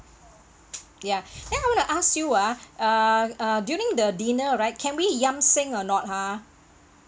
ya then I wanna ask you ah uh uh during the dinner right can we yam seng or not ha